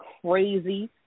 crazy